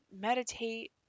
meditate